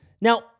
Now